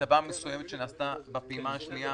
הטבה מסוימת שנעשתה בפעימה השנייה היא